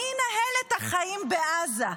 מי ינהל את החיים בעזה?